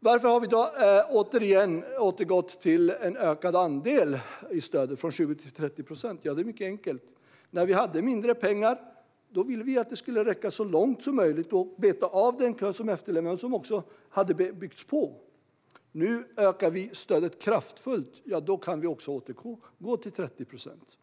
Varför har vi då återigen återgått till en ökad andel i stödet från 20 till 30 procent? Ja, det är mycket enkelt. Vi ville att en mindre mängd pengar skulle räcka så långt som möjligt, och vi ville beta av den kö som efterlämnats och byggts på. Nu ökas stödet kraftfullt, och då kan vi återgå till 30 procent.